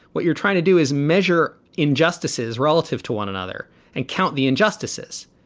what you're trying to do is measure injustices relative to one another and count the injustices.